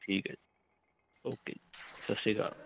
ਠੀਕ ਹੈ ਜੀ ਓਕੇ ਜੀ ਸਤਿ ਸ਼੍ਰੀ ਅਕਾਲ